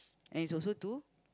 and he's also do